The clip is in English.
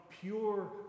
pure